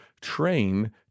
train